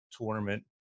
tournament